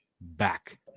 back